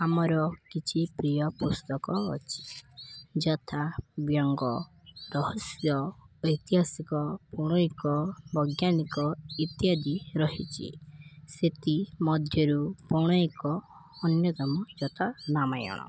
ଆମର କିଛି ପ୍ରିୟ ପୁସ୍ତକ ଅଛି ଯଥା ବ୍ୟଙ୍ଗ ରହସ୍ୟ ଐତିହାସିକ ପୌରାଣିକ ବୈଜ୍ଞାନିକ ଇତ୍ୟାଦି ରହିଛି ସେଥି ମଧ୍ୟରୁ ପୌରାଣିକ ଅନ୍ୟତମ ଯଥା ରାମାୟଣ